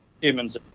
humans